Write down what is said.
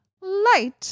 Light